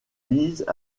visent